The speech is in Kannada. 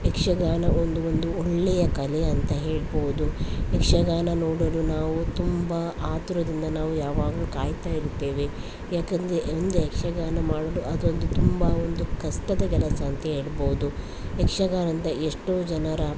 ಯಕ್ಷಗಾನ ಒಂದು ಒಂದು ಒಳ್ಳೆಯ ಕಲೆ ಅಂತ ಹೇಳ್ಬೋದು ಯಕ್ಷಗಾನ ನೋಡಲು ನಾವು ತುಂಬ ಆತುರದಿಂದ ನಾವು ಯಾವಾಗಲು ಕಾಯ್ತಾ ಇರ್ತೇವೆ ಯಾಕಂದರೆ ಅಂದರೆ ಯಕ್ಷಗಾನ ಮಾಡಲು ಅದೊಂದು ತುಂಬ ಒಂದು ಕಷ್ಟದ ಕೆಲಸ ಅಂತ ಹೇಳ್ಬೋದು ಯಕ್ಷಗಾನದಿಂದ ಎಷ್ಟೋ ಜನರ